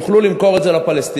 יוכלו למכור את זה לפלסטינים.